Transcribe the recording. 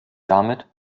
damit